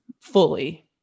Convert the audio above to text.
fully